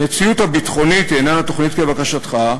המציאות הביטחונית איננה תוכנית כבקשתך,